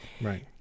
right